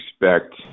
expect